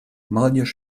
молодежь